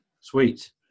Sweet